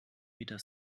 weder